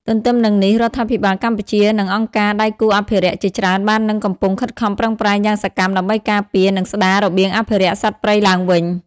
ទន្ទឹមនឹងនេះរដ្ឋាភិបាលកម្ពុជា និងអង្គការដៃគូអភិរក្សជាច្រើនបាននិងកំពុងខិតខំប្រឹងប្រែងយ៉ាងសកម្មដើម្បីការពារ និងស្តាររបៀងអភិរក្សសត្វព្រៃឡើងវិញ។